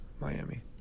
Miami